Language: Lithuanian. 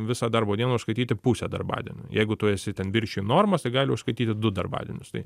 visą darbo dieną užskaityti pusę darbadienio jeigu tu esi ten viršiji normas tai gali užskaityti du darbadienius tai